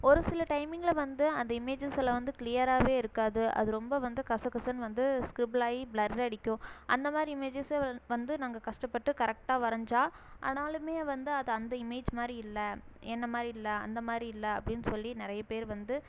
ஒரு சில டைமிங்கில் வந்து அந்த இமேஜஸெல்லாம் வந்து கிளியராவே இருக்காது அது ரொம்ப வந்து கச கசனு வந்து ஸ்க்ரிபிளாகி பிளர்ரடிக்கும் அந்த மாதிரி இமேஜஸை வந்து நாங்கள் கஷ்டப்பட்டு கரெக்டா வரைஞ்சா ஆனாலும் வந்து அதை அந்த இமேஜ் மாதிரி இல்லை என்னை மாதிரி இல்லை அந்த மாதிரி இல்லை அப்டின்னு சொல்லி நிறைய பேர் வந்து